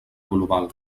global